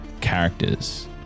characters